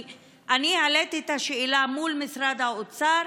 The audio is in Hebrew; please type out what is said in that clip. כי אני העליתי את השאלה מול משרד האוצר,